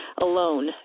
alone